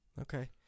Okay